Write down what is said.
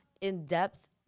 in-depth